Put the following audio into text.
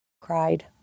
cried